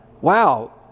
wow